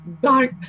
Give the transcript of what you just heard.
dark